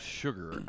sugar